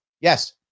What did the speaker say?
Yes